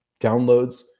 downloads